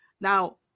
Now